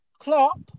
Klopp